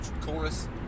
chorus